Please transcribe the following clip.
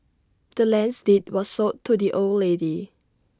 the land's deed was sold to the old lady